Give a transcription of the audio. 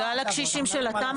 --- הקשישים של התמ"א